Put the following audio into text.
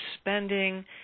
spending